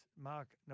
Mark